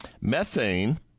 Methane